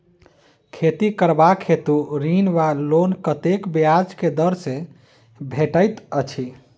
खेती करबाक हेतु ऋण वा लोन कतेक ब्याज केँ दर सँ भेटैत अछि?